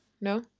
no